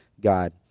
God